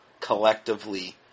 collectively